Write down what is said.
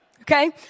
okay